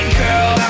girl